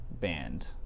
band